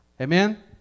Amen